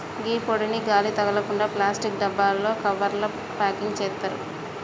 గీ పొడిని గాలి తగలకుండ ప్లాస్టిక్ డబ్బాలలో, కవర్లల ప్యాకింగ్ సేత్తారు